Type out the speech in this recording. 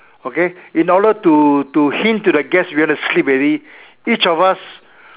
okay in order to to hint to the guest we want to sleep already each of us